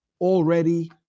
already